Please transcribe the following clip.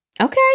okay